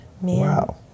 Wow